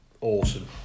awesome